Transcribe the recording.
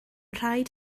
rhaid